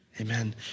Amen